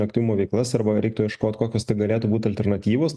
aktyvumo veiklas arba reiktų ieškot kokios tai galėtų būt alternatyvos